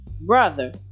Brother